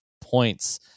points